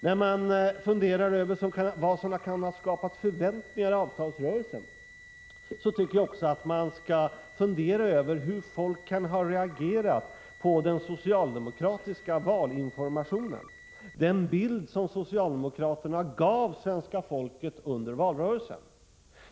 När man funderar över vad som kan ha skapat förväntningarna i avtalsrörelsen tycker jag att man också skall fundera över hur folk kan ha reagerat på den socialdemokratiska valinformationen — jag tänker på den bild som socialdemokraterna gav svenska folket under valrörelsen.